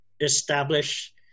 establish